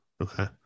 Okay